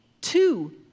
two